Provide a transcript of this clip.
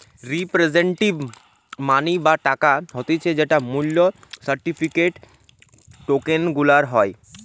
representative money বা টাকা হতিছে যেই মূল্য সার্টিফিকেট, টোকেন গুলার হয়